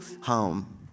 home